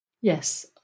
Yes